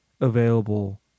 available